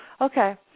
Okay